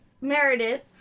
Meredith